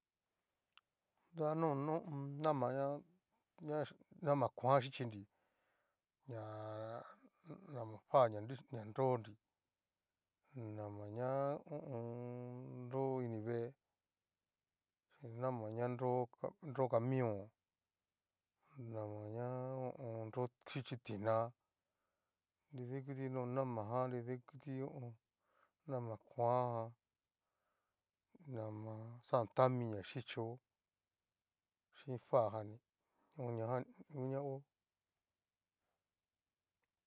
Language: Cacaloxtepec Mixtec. Na nro no namaña ña namakuan xhichinrii, ñaaa nama fa ñanru ña nrodrí, mana ña ho o on. nroini vee, xhín nama ña nro camion, namaña ho o on. nro xhíchi tina, nrida ikuti no nama jan, nridaikuti ho o on, nama kuanja, nama xaán tami ña xhíchio, xhín fa jan ni uu ñajanni ngu ña ho.